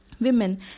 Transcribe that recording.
Women